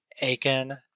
Aiken